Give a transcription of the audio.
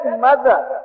mother